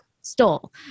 stole